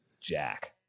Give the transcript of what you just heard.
jack